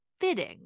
fitting